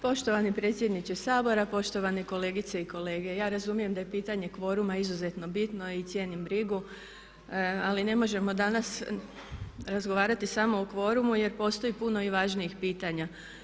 Poštovani predsjedniče Sabora, poštovane kolegice i kolege ja razumijem da je pitanje kvoruma izuzetno bitno i cijenim brigu ali ne možemo danas razgovarati samo o kvorumu jer postoji puno i važnijih pitanja.